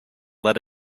let